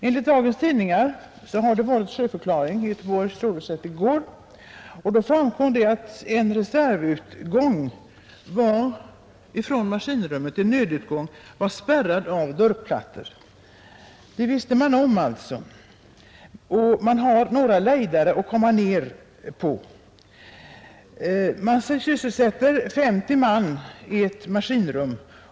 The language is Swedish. Enligt dagens tidningar har det i går hållits sjöförklaring i Göteborgs tingsrätt. Därvid framkom att en nödutgång från maskinrummet var spärrad av durkplattor. Det kände man till. Det finns 2—3 lejdare att komma ned och upp på; man sysselsatte ca 50 man i detta maskinrum.